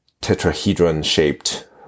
tetrahedron-shaped